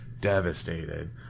devastated